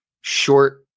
short